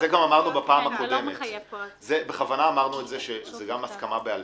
זה גם אמרנו בפעם הקודמת, שזה גם הסכמה בעל-פה.